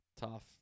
Tough